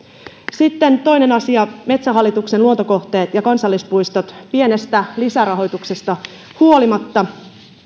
sitten toinen asia metsähallituksen luontokohteet ja kansallispuistot pienestä lisärahoituksesta huolimatta